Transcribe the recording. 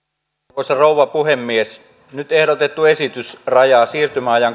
arvoisa rouva puhemies nyt ehdotettu esitys rajaa siirtymäajan